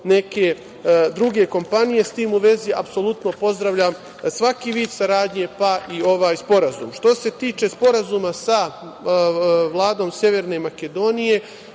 neke druge kompanije. S tim u vezi, apsolutno pozdravljam svaki vid saradnje, pa i ovaj sporazum. Što se tiče sporazuma sa Vladom Severne Makedonije,